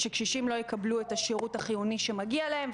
שקשישים לא יקבלו את השרות החיוני שמגיע להם,